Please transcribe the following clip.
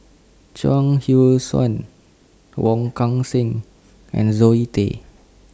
Chuang Hui Tsuan Wong Kan Seng and Zoe Tay